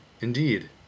Indeed